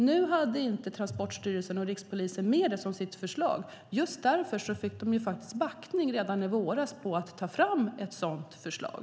Nu hade inte Transportstyrelsen och Rikspolisstyrelsen med det i sitt förslag, och just därför fick de faktiskt backning på det redan i våras och krav på att ta fram ett sådant förslag.